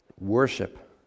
worship